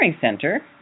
center